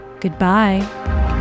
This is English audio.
Goodbye